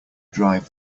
drive